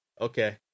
Okay